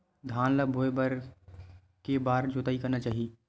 धान ल बोए बर के बार जोताई करना चाही?